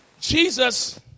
Jesus